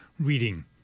reading